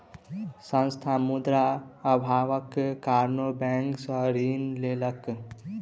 संस्थान, मुद्रा अभावक कारणेँ बैंक सॅ ऋण लेलकै